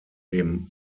dem